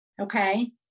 Okay